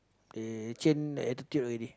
they change attitude already